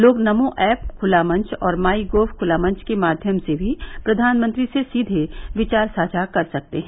लोग नमो ऐप खुला मंच और माइ गोव खुला मंच के माध्यम से भी प्रधानमंत्री से सीधे विचार साझा कर सकते हैं